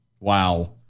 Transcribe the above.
Wow